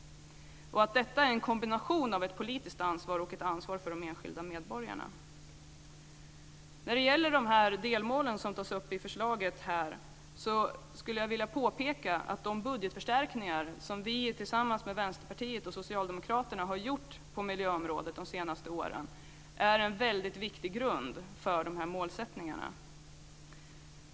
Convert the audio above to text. Och detta är en kombination av ett politiskt ansvar och ett ansvar för de enskilda medborgarna. När det gäller de delmål som tas upp i förslaget skulle jag vilja påpeka att de budgetförstärkningar som vi tillsammans med Vänsterpartiet och Socialdemokraterna har gjort på miljöområdet de senaste åren är en väldigt viktig grund för de här målsättningarna.